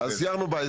הרבה